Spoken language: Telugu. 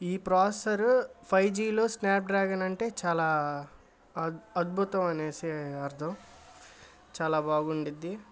ఈ ప్రాసెసర్ ఫైవ్ జిలో స్నాప్డ్రాగన్ అంటే చాలా అద్భుతం అనేసి అర్థం చాలా బాగుండుద్ధి